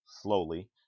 slowly